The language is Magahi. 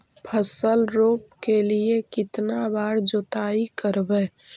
फसल रोप के लिय कितना बार जोतई करबय?